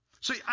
See